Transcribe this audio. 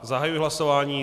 Zahajuji hlasování.